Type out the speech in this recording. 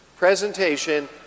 Presentation